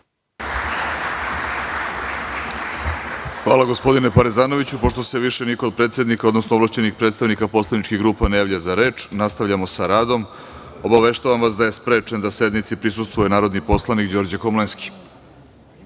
Hvala gospodine Parezanoviću. Pošto se više niko od predsednika, odnosno ovlašćenih predstavnika poslaničkih grupa ne javlja za reč, nastavljamo sa radom. Obaveštavam vas da je sprečen da sednici prisustvuje narodni poslanik Đorđe Komlenski. Dostavljen